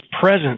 presence